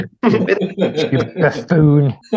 buffoon